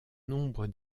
nombre